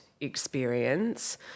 experience